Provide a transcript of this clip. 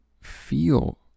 feel